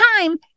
time